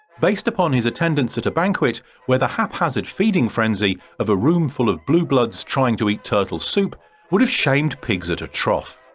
based upon his attendance at a banquet where the haphazard feeding frenzy of a room full of blue bloods trying to eat turtle soup would have shamed pigs at a trough.